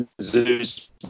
Zeus